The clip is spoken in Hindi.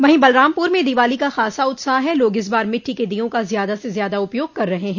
वहीं बलरामपुर में दीवाली का ख़ासा उत्साह है लोग इस बार मिटटी के दियों का ज़्यादा से ज़्यादा उपयोग कर रहे हैं